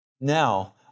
Now